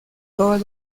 todas